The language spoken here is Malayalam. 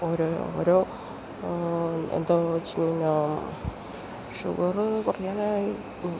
ഓരോ ഓരോ എന്തോ വെച്ചു ഷുഗറ് കുറയാനായി